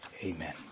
Amen